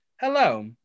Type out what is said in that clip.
Hello